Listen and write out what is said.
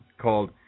called